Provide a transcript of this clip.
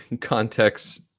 context